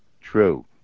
true